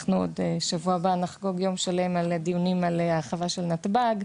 אנחנו עוד שבוע הבא נחגוג יום שלם על דיונים על הרחבה של נתב"ג.